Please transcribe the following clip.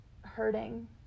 hurting